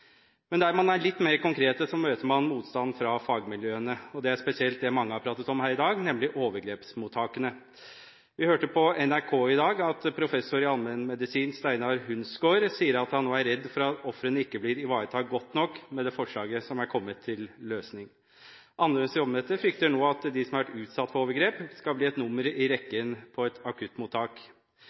Men der man er litt mer konkret, møter man motstand fra fagmiljøene, og det er spesielt det mange har pratet om her i dag, nemlig overgrepsmottakene. Vi hørte på NRK i dag at professor i allmennmedisin, Steinar Hunskår, sier at han nå er redd for at ofrene ikke blir ivaretatt godt nok med det forslaget som er kommet til løsning. Allmennleger som jobber med dette, frykter nå at de som har vært utsatt for overgrep, skal bli et nummer i rekken på et akuttmottak.